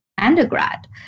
undergrad